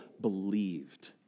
believed